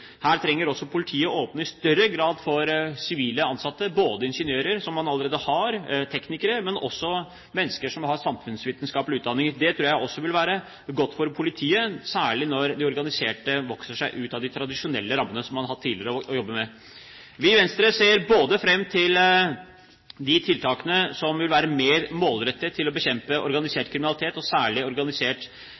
Her trenger også politiet i større grad å åpne for sivilt ansatte, både ingeniører og teknikere som man allerede har, og også mennesker som har samfunnsvitenskapelige utdanninger. Det tror jeg vil være godt for politiet, særlig når de organiserte vokser seg ut av de tradisjonelle rammene man tidligere har hatt å jobbe med. Vi i Venstre ser fram til de tiltakene som vil være mer målrettet til å bekjempe organisert kriminalitet, særlig organisert